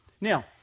Now